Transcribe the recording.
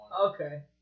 Okay